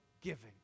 giving